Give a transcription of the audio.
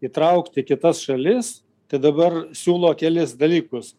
įtraukti kitas šalis tai dabar siūlo kelis dalykus